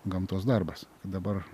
gamtos darbas dabar